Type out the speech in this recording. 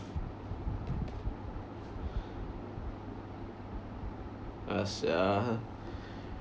ah sia